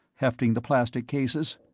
hefting the plastic cases.